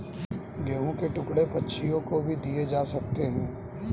गेहूं के टुकड़े पक्षियों को भी दिए जा सकते हैं